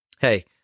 hey